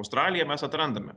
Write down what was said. australiją mes atrandame